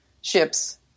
ships